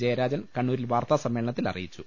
ജയരാജൻ കണ്ണൂരിൽ വാർത്താസമ്മേളനത്തിൽ അറിയിച്ചു